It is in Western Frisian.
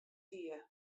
hie